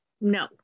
no